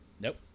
Nope